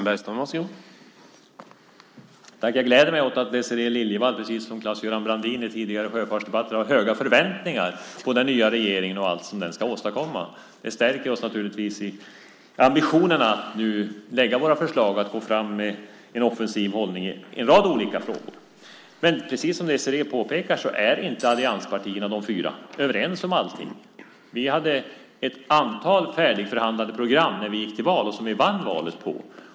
Herr talman! Jag gläder mig åt att Désirée Liljevall, precis som Claes-Göran Brandin i den tidigare sjöfartsdebatten, har höga förväntningar på den nya regeringen och allt som den ska åstadkomma. Det stärker oss i ambitionen att nu lägga fram våra förslag och gå fram med en offensiv hållning i en rad olika frågor. Men precis som Désirée påpekar är inte de fyra allianspartierna överens om allting. Vi hade ett antal färdigförhandlade program när vi gick till val, som vi vann valet på.